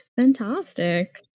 Fantastic